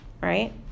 right